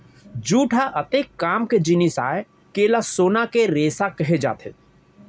jute ह अतेक काम के जिनिस आय के एला सोना के रेसा कहे जाथे